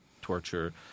torture